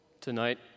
Tonight